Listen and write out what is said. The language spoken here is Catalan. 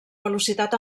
velocitat